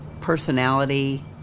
personality